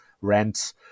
rents